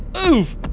oof,